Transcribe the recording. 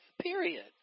period